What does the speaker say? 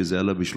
שזה עלה ב-30%,